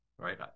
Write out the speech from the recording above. Right